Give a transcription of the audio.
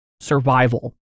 survival